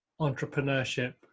entrepreneurship